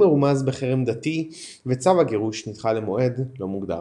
מרומז בחרם דתי וצו הגירוש נדחה למועד לא מוגדר.